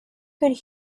could